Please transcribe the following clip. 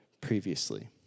previously